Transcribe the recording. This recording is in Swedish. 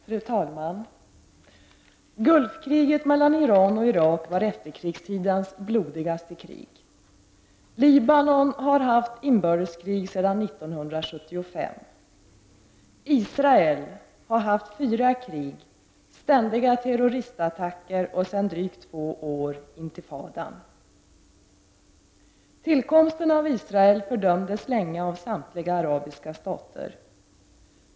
Fru talman! Gulfkriget mellan Iran och Irak var efterkrigstidens blodigaste krig. Libanon har haft inbördeskrig sedan 1975. Israel har haft fyra krig, ständiga terroristattacker och sedan drygt två år intifadan. Tillkomsten av Israel fördömdes länge av samtliga arabiska stater.